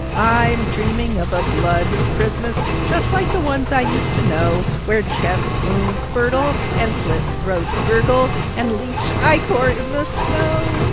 i'm dreaming of a blood christmas just like the ones i used to know, where chest wounds spurtle, and slit throats gurgle and leach ichor in the snow.